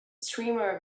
streamer